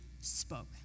spoke